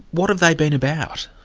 what have they been about?